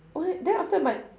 what then after my